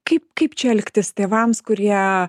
kaip kaip čia elgtis tėvams kurie